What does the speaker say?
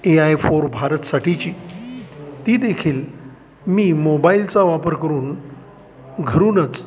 A I for भारतसाठीची ती देखील मी मोबाईलचा वापर करून घरूनच